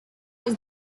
was